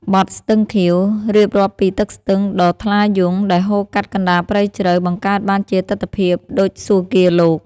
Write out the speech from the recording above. បទ «ស្ទឹងខៀវ» រៀបរាប់ពីទឹកស្ទឹងដ៏ថ្លាយង់ដែលហូរកាត់កណ្តាលព្រៃជ្រៅ បង្កើតបានជាទិដ្ឋភាពដូចសួគ៌ាលោក។